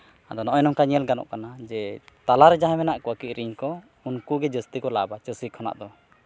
ᱟᱫᱚ ᱱᱚᱜᱼᱚᱭ ᱱᱚᱝᱠᱟ ᱧᱮᱞ ᱜᱟᱱᱚᱜ ᱠᱟᱱᱟ ᱡᱮ ᱛᱟᱞᱟᱨᱮ ᱡᱟᱦᱟᱸᱭ ᱢᱮᱱᱟᱜ ᱠᱚᱣᱟ ᱠᱤᱨᱤᱧ ᱠᱚ ᱩᱱᱠᱩᱜᱮ ᱡᱟᱹᱥᱛᱤ ᱠᱚ ᱞᱟᱵᱟ ᱪᱟᱹᱥᱤ ᱠᱷᱚᱱᱟᱜ ᱫᱚ